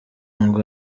ngo